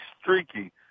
streaky